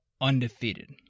undefeated